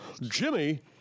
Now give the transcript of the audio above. Jimmy